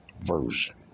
version